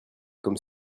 comme